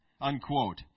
unquote